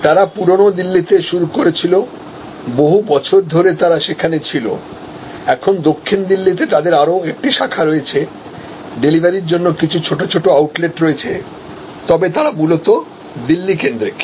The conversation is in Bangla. তারা পুরানো দিল্লিতে শুরু করেছিল বহু বছর ধরে তারা সেখানে ছিল এখন দক্ষিণ দিল্লিতে তাদের আরও একটি শাখা রয়েছে ডেলিভারি র জন্য কিছু ছোট ছোট আউটলেট রয়েছে তবে তারা মূলত দিল্লি কেন্দ্রিক